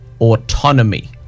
autonomy